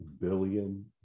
billion